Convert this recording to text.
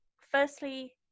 firstly